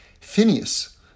Phineas